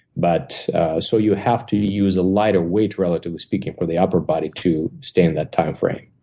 but so you have to use a lighter weight, relatively speaking, for the upper body to stand that timeframe.